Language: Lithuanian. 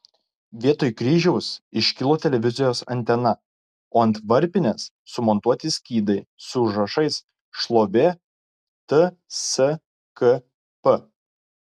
vietoj kryžiaus iškilo televizijos antena o ant varpinės sumontuoti skydai su užrašais šlovė tskp